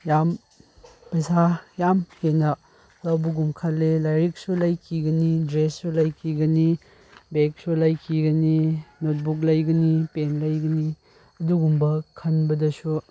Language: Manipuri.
ꯌꯥꯝ ꯄꯩꯁꯥ ꯌꯥꯝ ꯍꯦꯟꯅ ꯂꯧꯕꯒꯨꯝ ꯈꯜꯂꯦ ꯂꯥꯏꯔꯤꯛꯁꯨ ꯂꯩꯈꯤꯒꯅꯤ ꯗ꯭ꯔꯦꯁꯁꯨ ꯂꯩꯈꯤꯒꯅꯤ ꯕꯦꯛꯁꯨ ꯂꯩꯈꯤꯒꯅꯤ ꯅꯣꯠꯕꯨꯛ ꯂꯩꯒꯅꯤ ꯄꯦꯟ ꯂꯩꯒꯅꯤ ꯑꯗꯨꯒꯨꯝꯕ ꯈꯟꯕꯗꯁꯨ